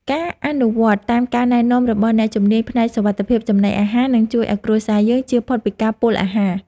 ការអនុវត្តតាមការណែនាំរបស់អ្នកជំនាញផ្នែកសុវត្ថិភាពចំណីអាហារនឹងជួយឱ្យគ្រួសារយើងជៀសផុតពីការពុលអាហារ។